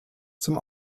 zum